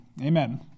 Amen